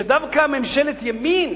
שדווקא ממשלת ימין